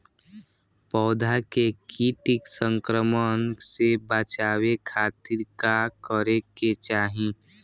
पौधा के कीट संक्रमण से बचावे खातिर का करे के चाहीं?